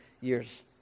years